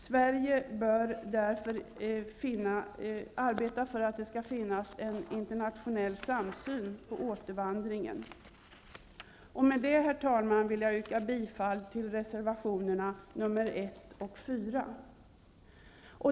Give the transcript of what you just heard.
Sverige bör därför arbeta för att det skall finnas en internationell samsyn på återvandringen. Med detta, herr talman, vill jag yrka bifall till reservationerna 1 och 4.